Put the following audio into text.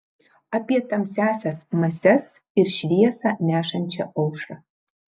apie tamsiąsias mases ir šviesą nešančią aušrą